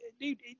dude